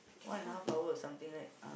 one and a half hour or something right